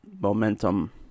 momentum